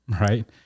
right